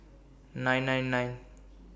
nine nine nine